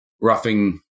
roughing